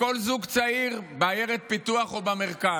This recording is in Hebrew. לכל זוג צעיר בעיירת פיתוח או במרכז.